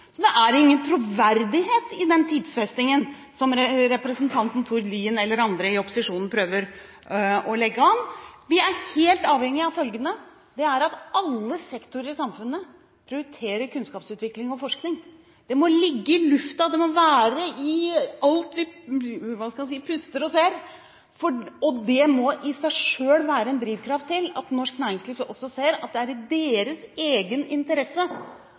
Så det er ingen troverdighet i den tidfestingen som representanten Tord Lien eller andre i opposisjonen prøver å legge an til. Vi er helt avhengig av følgende: Det er at alle sektorer i samfunnet prioriterer kunnskapsutvikling og forskning. Det må ligge i luften, det må være i alt vi puster og ser. Og det må i seg selv være en drivkraft til at norsk næringsliv også ser at det er i deres egen interesse